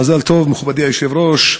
מזל טוב, מכובדי היושב-ראש.